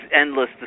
endless